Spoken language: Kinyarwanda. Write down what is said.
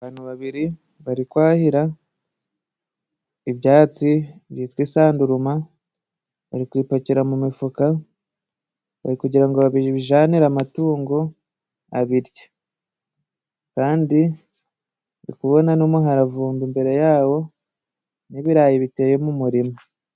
Abantu babiri bari kwahira ibyatsi byitwa isanduruma, bari ku bipakira mu mifuka bari kugira ngo babijanire amatungo abirye, kandi ndi kubona n’umuharavumba imbere yabo n’ibirayi biteye mu murima.